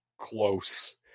close